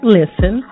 listen